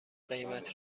قیمت